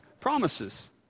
promises